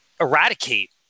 eradicate